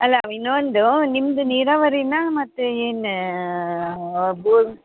ಅಲ್ಲ ಇನ್ನೊಂದು ನಿಮ್ಮದು ನೀರಾವರಿಯ ಮತ್ತು ಏನು ಬೋರು